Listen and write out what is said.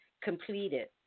completed